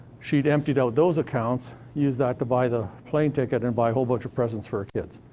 she'd emptied out those accounts, used that to buy the plane ticket and buy a whole bunch of presents for her kids.